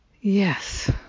Yes